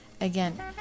again